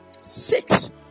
six